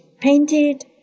Painted